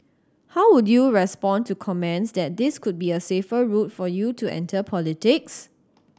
how would you respond to comments that this could be a safer route for you to enter politics